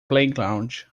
playground